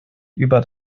über